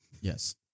Yes